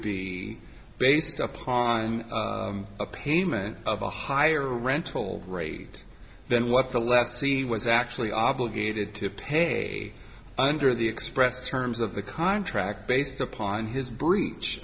be based upon a payment of a higher rental rate than what the last c was actually obligated to pay under the expressed terms of the contract based upon his breach